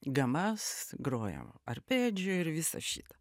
gamas grojam arpedžiu ir visą šitą